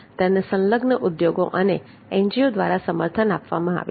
તેને સંલગ્ન ઉદ્યોગો અને એનજીઓ દ્વારા સમર્થન આપવામાં આવે છે